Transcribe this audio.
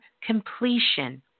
completion